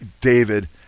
David